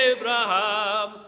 Abraham